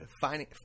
finding